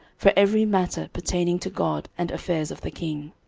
for every matter pertaining to god, and affairs of the king.